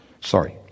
Sorry